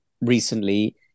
recently